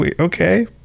Okay